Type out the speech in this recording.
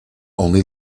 only